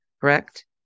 correct